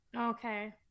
Okay